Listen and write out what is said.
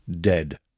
dead